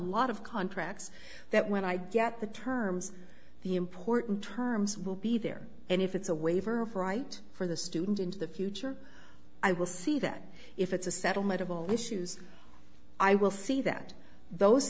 lot of contracts that when i get the terms the important terms will be there and if it's a waiver of right for the student into the future i will see that if it's a settlement of all issues i will see that those